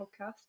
Podcast